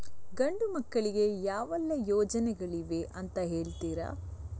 ಗಂಡು ಮಕ್ಕಳಿಗೆ ಯಾವೆಲ್ಲಾ ಯೋಜನೆಗಳಿವೆ ಅಂತ ಹೇಳ್ತೀರಾ?